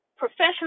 Professional